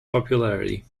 popularity